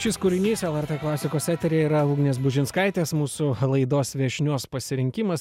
šis kūrinys lrt klasikos eteryje yra ugnės bužinskaitės mūsų laidos viešnios pasirinkimas